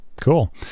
Cool